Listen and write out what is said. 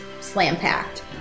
slam-packed